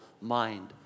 mind